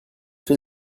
fait